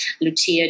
Lucia